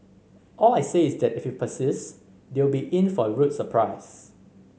all I say is that if persist they will be in for a rude surprise